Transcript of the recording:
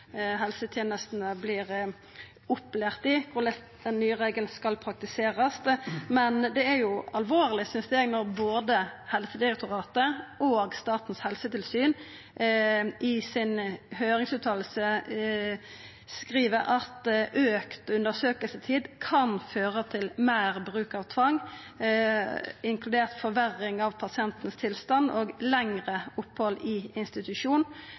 helsetenestene vert opplærte i korleis den nye regelen skal praktiserast. Men det er alvorleg, synest eg, når både Helsedirektoratet og Statens helsetilsyn i si høyringsfråsegn skriv at auka undersøkingstid kan føra til meir bruk av tvang, inkludert forverring av pasientens tilstand og lengre opphald i institusjon.